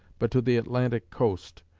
but to the atlantic coast,